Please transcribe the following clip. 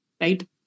right